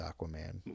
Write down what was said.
Aquaman